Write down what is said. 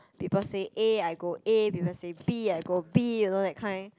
people say A I go A people say B I go B you know that kind